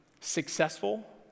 Successful